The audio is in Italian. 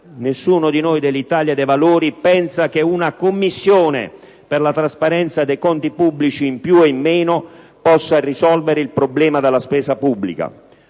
Nessuno di noi dell'Italia dei Valori pensa che una Commissione per la trasparenza dei conti pubblici in più o in meno possa risolvere il problema della spesa pubblica.